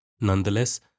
Nonetheless